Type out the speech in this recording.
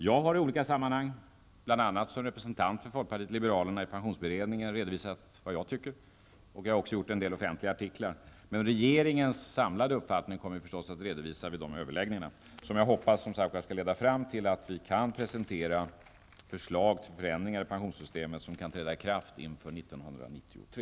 Jag har i olika sammanhang, bl.a. som representant för folkpartiet liberalerna i pensionsberedningen, redovisat vad jag tycker. Vi har också skrivit en del offentliga artiklar. Men regeringens samlade uppfattning kommer naturligtvis att redovisas vid överläggningarna, som jag hoppas skall leda fram till att vi kan presentera förslag till förändringar i pensionssystemet som kan träda i kraft inför 1993.